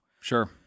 Sure